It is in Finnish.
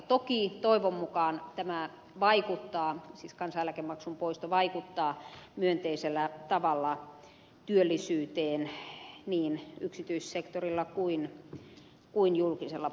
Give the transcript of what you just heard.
toki toivon mukaan kansaneläkemaksun poisto vaikuttaa myönteisellä tavalla työllisyyteen niin yksityissektorilla kuin julkisella puolella